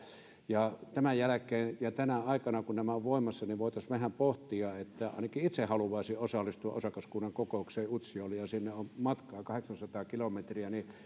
ja tämän jälkeen ja tänä aikana kun nämä ovat voimassa niin voitaisiin vähän tätä pohtia ainakin itse haluaisin osallistua osakaskunnan kokoukseen utsjoella mutta sinne on matkaa kahdeksansataa kilometriä niin